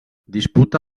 disputa